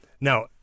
Now